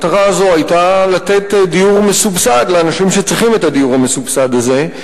המטרה הזאת היתה לתת דיור מסובסד לאנשים שצריכים את הדיור המסובסד הזה.